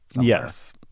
Yes